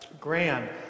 grand